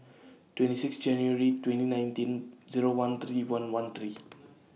twenty six January twenty nineteen Zero one three one one three